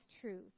truth